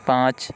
پانچ